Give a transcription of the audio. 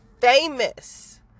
famous